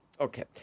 Okay